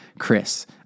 Chris